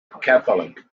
catholic